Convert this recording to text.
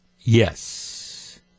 Yes